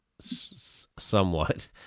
somewhat